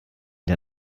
der